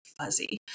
fuzzy